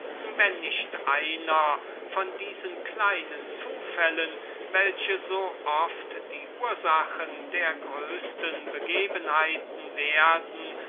wenn nicht einer von diesen kleinen zufällen welche so oft die ursachen der größesten begebenheiten werden